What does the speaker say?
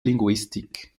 linguistik